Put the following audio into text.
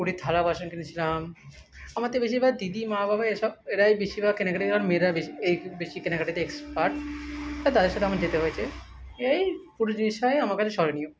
পুরীর থালা বাসন কিনেছিলাম আমার থেকে বেশিভাগ দিদি মা বাবা এসব এরাই বেশিভাগ কেনাকাটি করে মেয়েরা বেশি এই বেশি কেনাকাটিতে এক্সপার্ট তো তাদের সাথে আমার যেতে হয়েছে এই পুরো জিনিসটাই আমার কাছে স্মরণীয়